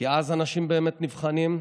כי אז אנשים באמת נבחנים.